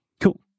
Cool